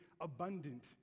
abundant